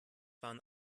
waren